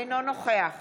אינו נוכח